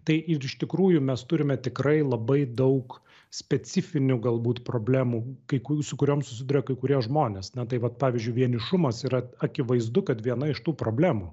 tai ir iš tikrųjų mes turime tikrai labai daug specifinių galbūt problemų kai kurių su kurioms susiduria kai kurie žmonės na tai vat pavyzdžiui vienišumas yra akivaizdu kad viena iš tų problemų